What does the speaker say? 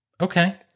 Okay